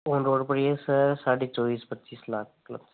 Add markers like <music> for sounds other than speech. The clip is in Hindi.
ऑन रोड पड़ेगा सर साढ़े चौबीस पच्चीस लाख <unintelligible>